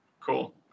Cool